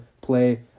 play